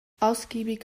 ausgiebig